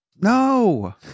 No